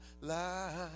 life